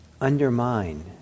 undermine